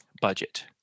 budget